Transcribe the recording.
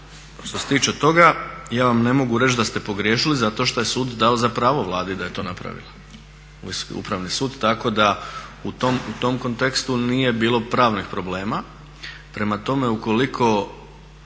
Što se tiče toga ja vam ne mogu reći da ste pogriješili zato što je sud dao za pravo Vladi da je to napravila Ustavni sud, tako da u tom kontekstu nije bilo pravnih problema. Prema tome, ukoliko